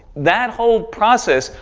that whole process,